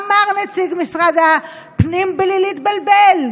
אמר נציג משרד הפנים בלי להתבלבל: